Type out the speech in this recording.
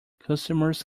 customers